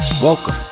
Welcome